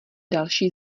další